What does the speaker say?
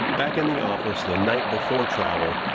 back in the office the night before travel,